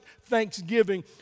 thanksgiving